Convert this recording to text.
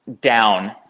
down